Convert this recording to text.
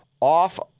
off